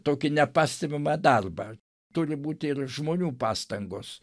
tokį nepastebimą darbą turi būti ir žmonių pastangos